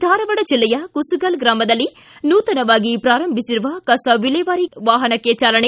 ಧಾರವಾಡ ಜಿಲ್ಲೆಯ ಕುಸುಗಲ್ ಗ್ರಾಮದಲ್ಲಿ ನೂತನವಾಗಿ ಪ್ರಾರಂಭಿಸಿರುವ ಕಸ ವಿಲೇವಾರಿ ವಾಹನಕ್ಕೆ ಚಾಲನೆ